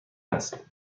است